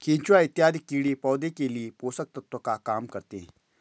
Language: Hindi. केचुआ इत्यादि कीड़े पौधे के लिए पोषक तत्व का काम करते हैं